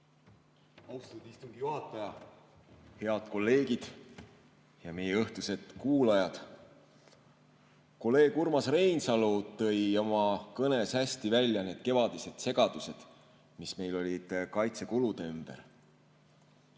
Austatud istungi juhataja! Head kolleegid ja meie õhtused kuulajad! Kolleeg Urmas Reinsalu tõi oma kõnes hästi välja need kevadised segadused, mis meil olid kaitsekulude ümber.